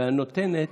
והנותנת,